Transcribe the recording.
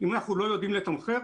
אם אנחנו לא יודעים לתמחר,